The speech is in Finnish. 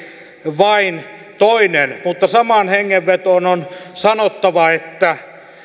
vain toinen mutta samaan hengenvetoon on sanottava että